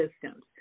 systems